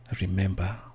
Remember